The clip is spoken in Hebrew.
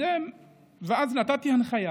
ואז נתתי הנחיה